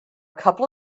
couple